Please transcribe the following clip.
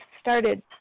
started